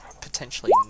potentially